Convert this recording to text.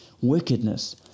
wickedness